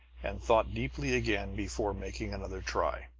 and thought deeply again before making another try